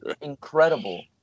incredible